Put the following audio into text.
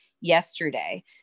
yesterday